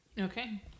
Okay